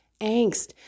angst